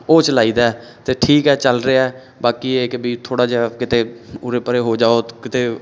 ਉਹ ਚਲਾਈ ਦਾ ਅਤੇ ਠੀਕ ਹੈ ਚੱਲ ਰਿਹਾ ਬਾਕੀ ਇਹ ਕਿ ਵੀ ਥੋੜ੍ਹਾ ਜਿਹਾ ਕਿਤੇ ਉਰੇ ਪਰੇ ਹੋ ਜਾਓ ਕਿਤੇ